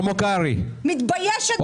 אני מתביישת.